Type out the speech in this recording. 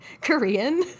Korean